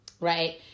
Right